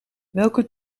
welke